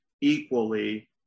equally